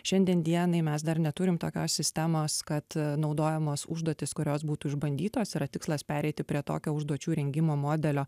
šiandien dienai mes dar neturim tokios sistemos kad naudojamos užduotys kurios būtų išbandytos yra tikslas pereiti prie tokio užduočių rengimo modelio